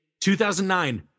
2009